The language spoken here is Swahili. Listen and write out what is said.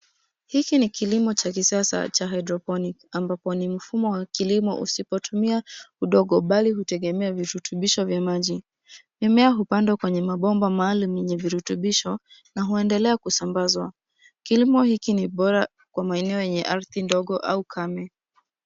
Hiki ni kolimo cha kisasa cha hydroponic ambapo ni mfumo wa kilomo husipotumia udongo bali hutegemea virutubisho vya maji. Mmea hupandwa kwenye mabomba maalum venye virutubisho na huendelea kusambazwa. Kilimo hiki ni bora kwenye maeneo lenye ardhi ndogo au ukamwe.